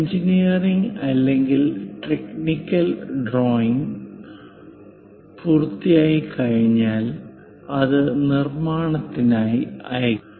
engineering അല്ലെങ്കിൽ technical drawing പൂർത്തിയാക്കിക്കഴിഞ്ഞാൽ അത് നിർമ്മാണത്തിനായി അയയ്ക്കും